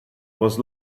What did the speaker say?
was